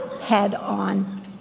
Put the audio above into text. head-on